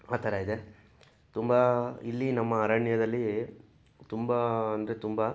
ಆ ಥರ ಇದೆ ತುಂಬ ಇಲ್ಲಿ ನಮ್ಮ ಅರಣ್ಯದಲ್ಲಿ ತುಂಬ ಅಂದರೆ ತುಂಬ